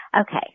Okay